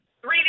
three